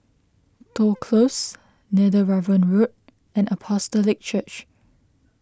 Toh Close Netheravon Road and Apostolic Church